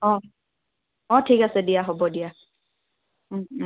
অ' অ' ঠিক আছে দিয়া হ'ব দিয়া